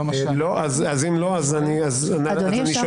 לא מה שאני מכיר.